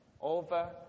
over